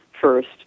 first